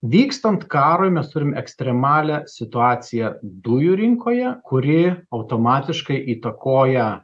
vykstant karui mes turim ekstremalią situaciją dujų rinkoje kuri automatiškai įtakoja